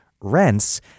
rents